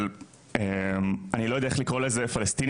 של אני לא יודע איך לקרוא לזה פלשתינים,